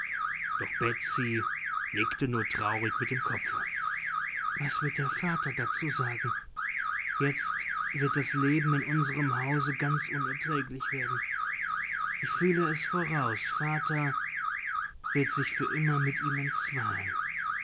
doch betsy nickte nur traurig mit dem kopfe was wird der vater dazu sagen jetzt wird das leben in unserem hause ganz unerträglich werden ich fühle es voraus vater wird sich für immer mit ihm entzweien